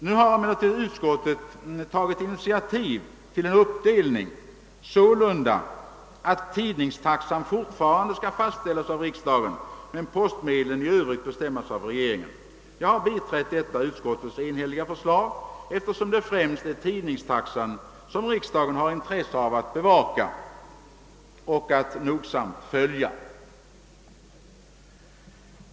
Nu har emellertid utskottet tagit initiativ till en uppdelning sålunda, att tidningstaxan fortfarande skall fastställas av riksdagen men postmedlen i övrigt bestämmas av regeringen. Jag har biträtt detta utskottets enhälliga förslag, eftersom det främst är tidningstaxan som riksdagen har intresse av att nogsamt bevaka.